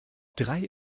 drei